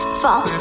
fall